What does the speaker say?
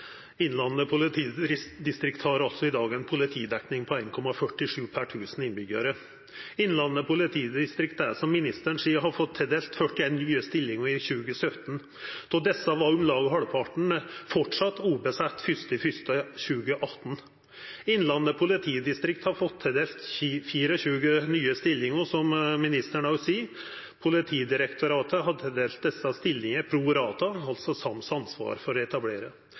Innlandet politidistrikt har i dag en politidekning på 1,47 per 1 000 innbyggjarar. Innlandet politidistrikt har, som ministeren sier, fått tildelt 41 nye stillingar i 2017. Av desse var om lag halvparten framleis ledige 1. januar 2018. Innlandet politidistrikt har fått tildelt 24 nye stillingar, som ministeren òg sier. Politidirektoratet har tildelt desse stillingane pro rata, altså sams ansvar for å